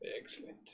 Excellent